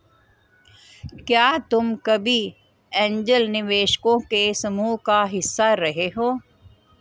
क्या तुम कभी ऐन्जल निवेशकों के समूह का हिस्सा रहे हो?